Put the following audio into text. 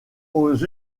aux